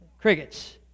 Crickets